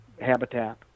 habitat